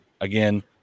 Again